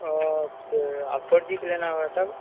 ओह तो आ four G के लेना होगा तब